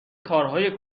کارهای